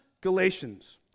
Galatians